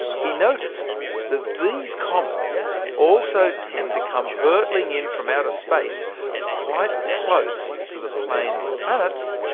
he noticed that these comets also tend to come hurtling in from outer space quite close to the plane of the planets,